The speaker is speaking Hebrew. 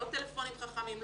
לא טלפונים חכמים,